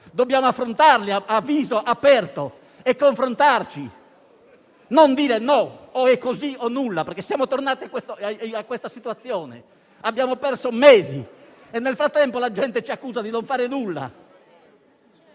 dobbiamo affrontarli a viso aperto e confrontarci, senza dire così o nulla perché siamo arrivati a questa situazione. Abbiamo perso mesi e nel frattempo la gente ci accusa di non fare nulla